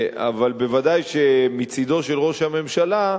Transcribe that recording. אבל ודאי שמצדו של ראש הממשלה,